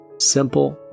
Simple